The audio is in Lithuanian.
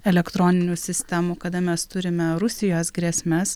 elektroninių sistemų kada mes turime rusijos grėsmes